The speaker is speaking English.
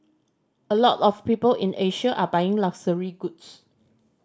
a lot of people in Asia are buying luxury goods